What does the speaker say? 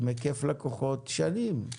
עם היקף לקוחות שנים,